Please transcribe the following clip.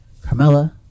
Carmella